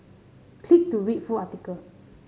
click to read full article